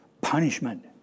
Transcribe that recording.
punishment